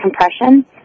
compression